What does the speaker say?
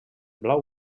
blau